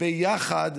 ביחד,